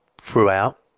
throughout